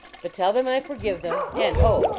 but tell them i forgive them, and oh!